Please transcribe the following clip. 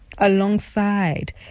alongside